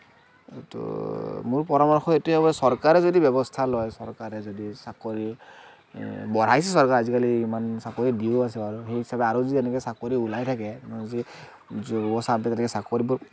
এইটো মোৰ পৰামৰ্শ এইটোৱে হ'ব চৰকাৰে যদি ব্যৱস্থা লয় চৰকাৰে যদি চাকৰি বঢ়াইছে চৰকাৰে আজিকালি ইমান চাকৰি দিওঁ আছে বাৰু সেই হিচাপে আৰু যদি এনেকৈ চাকৰি ওলাই থাকে আমাৰ যি যুৱ চামটোৱে যেনেকৈ চাকৰিবোৰ